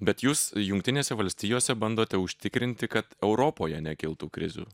bet jūs jungtinėse valstijose bandote užtikrinti kad europoje nekiltų krizių